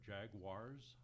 Jaguars